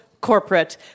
Corporate